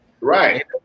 right